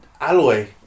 Alloy